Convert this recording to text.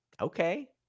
okay